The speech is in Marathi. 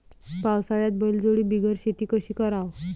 पावसाळ्यात बैलजोडी बिगर शेती कशी कराव?